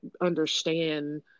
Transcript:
understand